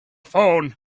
phone